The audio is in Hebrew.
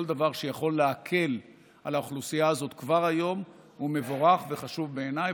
כל דבר שיכול להקל על האוכלוסייה הזו כבר היום הוא מבורך וחשוב בעיניי.